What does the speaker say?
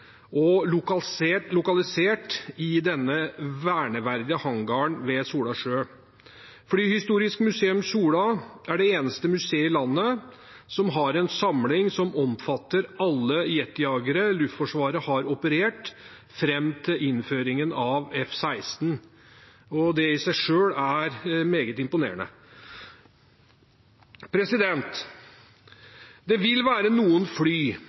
og lokalisert i denne verneverdige hangaren ved Sola Sjø. Flyhistorisk Museum Sola er det eneste museet i landet som har en samling som omfatter alle jetjagere Luftforsvaret har operert fram til innføringen av F-16. Det er i seg selv meget imponerende. Det vil være noen fly